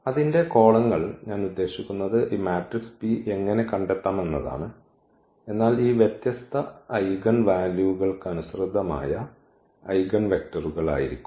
അതിൻറെ കോളങ്ങൾ ഞാൻ ഉദ്ദേശിക്കുന്നത് ഈ മാട്രിക്സ് P എങ്ങനെ കണ്ടെത്താം എന്നതാണ് എന്നാൽ ഈ വ്യത്യസ്ത ഐഗൻ വാല്യൂകൾക്കനുസൃതമായ ഐഗൻവെക്റ്ററുകൾ ആയിരിക്കും